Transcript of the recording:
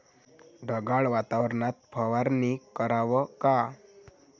ढगाळ वातावरनात फवारनी कराव का?